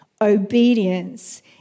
Obedience